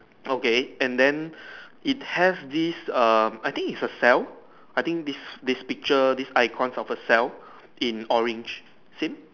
okay and then it has this err I think is a cell I think this this picture this icons of a cell in orange same